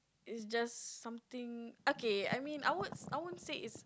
it's just something okay I mean I won't I won't say it's